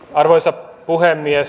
arvoisa puhemies